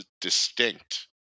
distinct